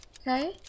okay